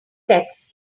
text